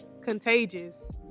contagious